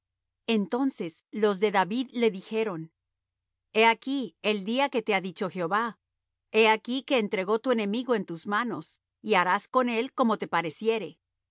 entonces los de david le dijeron he aquí el día que te ha dicho jehová he aquí que entregó tu enemigo en tus manos y harás con él como te pareciere